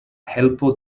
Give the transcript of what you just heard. helpo